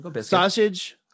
Sausage